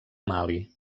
mali